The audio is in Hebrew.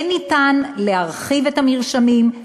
כן ניתן להרחיב את המרשמים,